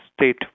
state